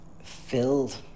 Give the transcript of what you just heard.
filled